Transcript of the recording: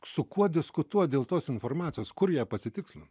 su kuo diskutuot dėl tos informacijos kur ją pasitikslint